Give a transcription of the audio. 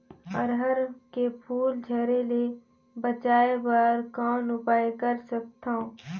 अरहर के फूल झरे ले बचाय बर कौन उपाय कर सकथव?